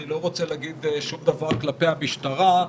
אני לא רוצה להגיד שום דבר כלפי המשטרה,